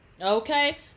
Okay